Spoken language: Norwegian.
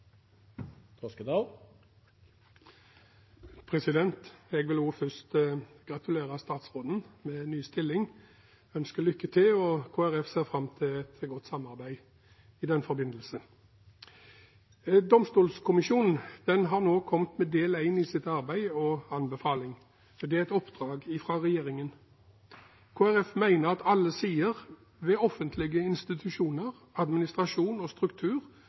jeg vil gratulere statsråden med ny stilling og ønske lykke til. Kristelig Folkeparti ser fram til et godt samarbeid i den forbindelse. Domstolkommisjonen har nå kommet med del én av sitt arbeid og anbefaling. Det er et oppdrag fra regjeringen. Kristelig Folkeparti mener at alle sider ved offentlige institusjoner, administrasjon og struktur